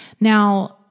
Now